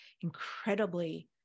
incredibly